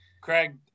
Craig